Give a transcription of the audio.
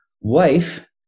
wife